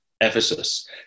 Ephesus